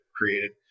created